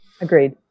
Agreed